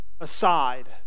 aside